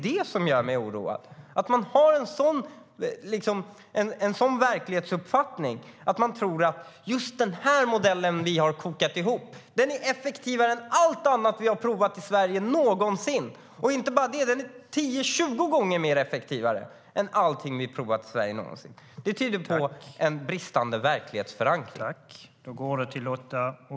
Det som gör mig oroad är att ni har en sådan verklighetsuppfattning att ni tror att just den modell som ni har kokat ihop är effektivare än allt annat som vi har provat i Sverige någonsin, att den är 10-20 gånger effektivare än allting vi provat i Sverige någonsin. Det tyder på en bristande verklighetsförankring.